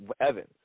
Evans